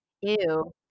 ew